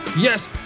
Yes